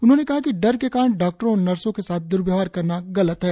उन्होंने कहा कि डर के कारण डॉक्टरों और नर्सों के साथ र्द्व्यवहार करना गलत है